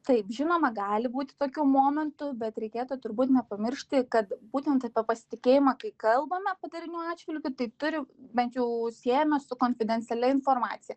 taip žinoma gali būti tokių momentų bet reikėtų turbūt nepamiršti kad būtent apie pasitikėjimą kai kalbame padarinių atžvilgiu tai turi bent jau siejame su konfidencialia informacija